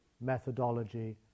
methodology